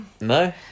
No